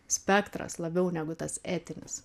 spektras labiau negu tas etinis